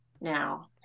now